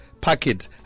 packet